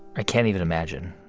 i can't even imagine.